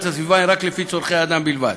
הסביבה הן רק לפי צורכי האדם בלבד.